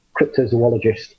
cryptozoologist